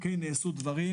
נעשו דברים,